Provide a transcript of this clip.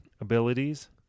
abilities